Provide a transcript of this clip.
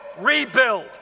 rebuild